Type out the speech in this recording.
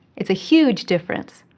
it's a huge difference!